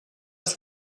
als